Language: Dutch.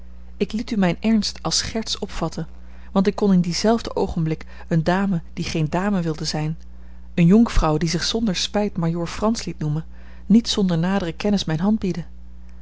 ik liet u mijn ernst als scherts opvatten want ik kon in dienzelfden oogenblik eene dame die geene dame wilde zijn eene jonkvrouw die zich zonder spijt majoor frans liet noemen niet zonder nadere kennis mijne hand bieden